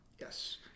Yes